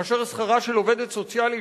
כאשר שכרה של עובדת סוציאלית,